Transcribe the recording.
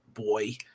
boy